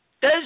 Des